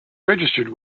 registered